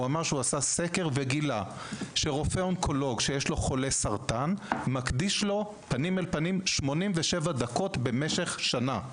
אמר שעשה סקר וגילה שרופא אונקולוג מקדיש לחולה סרטן 87 דקות במשך שנה.